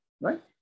right